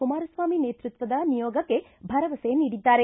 ಕುಮಾರಸ್ನಾಮಿ ನೇತೃತ್ವದ ನಿಯೋಗಕ್ಕೆ ಭರವಸೆ ನೀಡಿದ್ದಾರೆ